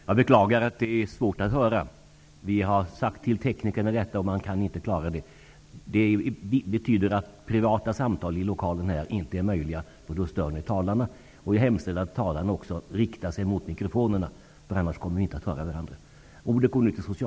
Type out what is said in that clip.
Jag beklagar att det är svårt att höra. Vi har sagt detta till teknikerna men de kan inte lösa problemet. Detta betyder att privata samtal i lokalen inte är möjliga eftersom det stör talarna. Jag hemställer också att talarna riktar sig mot mikrofonerna, annars kommer vi inte att höra varandra.